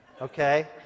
okay